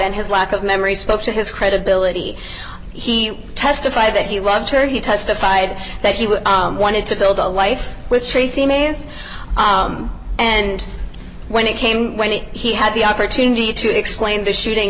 and his lack of memory spoke to his credibility he testified that he loved her he testified that he was wanted to build a life with tracy mays and when it came when he had the opportunity to explain the shooting